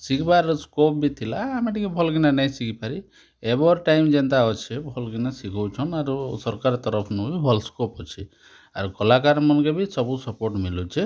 ଶିଖ୍ବାର୍ ସ୍କୋପ୍ ବି ଥିଲା ଆମେ ଟିକେ ଭଲ୍ କିନା ନାଇ ଶିଖିପାରି ଏଭର୍ ଟାଇମ୍ ଯେନ୍ତା ଅଛେ ଭଲ୍ କିନା ଶିଖଉଛନ୍ ଆରୁ ସରକାରଙ୍କ ତରଫରୁ ବି ଭଲ୍ ସ୍କୋପ୍ ଅଛେ ଆଉ କଳାକାରମାନଙ୍କୁ ବି ସବୁ ସପୋର୍ଟ ମିଲୁଛେ